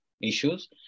issues